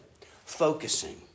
focusing